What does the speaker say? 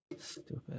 stupid